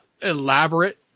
elaborate